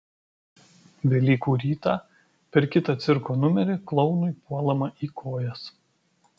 velykų rytą per kitą cirko numerį klounui puolama į kojas